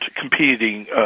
competing